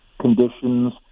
conditions